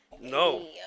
No